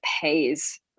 pays